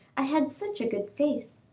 i had such a good face.